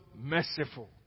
merciful